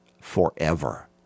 forever